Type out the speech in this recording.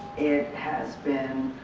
it has been